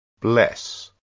bless